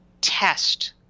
test